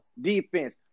defense